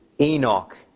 Enoch